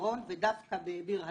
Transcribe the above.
--- האחרון ודווקא בביר הדאג'